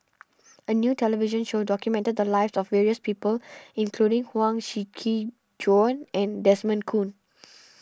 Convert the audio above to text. a new television show documented the lives of various people including Huang Shiqi Joan and Desmond Kon